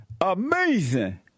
Amazing